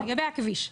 לגבי הכביש,